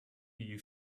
you